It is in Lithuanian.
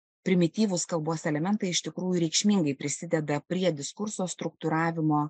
primityvūs kalbos elementai iš tikrųjų reikšmingai prisideda prie diskurso struktūravimo